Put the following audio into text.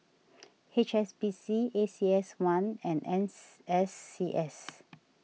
H S B C A C S one and ens S C S